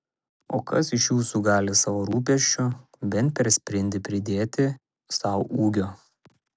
o kas iš jūsų gali savo rūpesčiu bent per sprindį pridėti sau ūgio